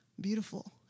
beautiful